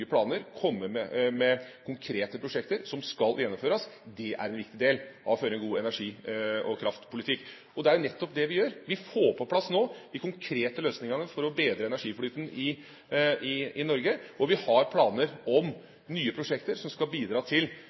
planer, komme med konkrete prosjekter som skal gjennomføres, er en viktig del av det å føre en god energi- og kraftpolitikk. Og det er jo nettopp det vi gjør. Vi får nå på plass de konkrete løsningene for å bedre energiflyten i Norge, og vi har planer om nye prosjekter som skal bidra til